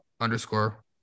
Underscore